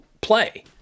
play